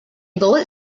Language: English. bullet